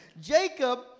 Jacob